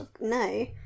No